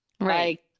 Right